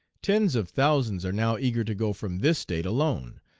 tens of thousands are now eager to go from this state alone,